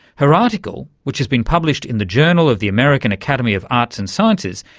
her article, which has been published in the journal of the american academy of arts and sciences,